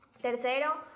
Tercero